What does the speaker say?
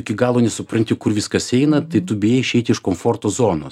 iki galo nesupranti kur viskas eina tai tu bijai išeiti iš komforto zonos